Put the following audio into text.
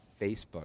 Facebook